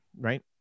right